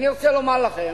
אני רוצה לומר לכם,